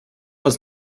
uns